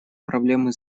проблемы